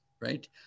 right